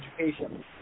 education